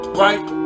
right